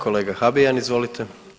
Kolega Habijan izvolite.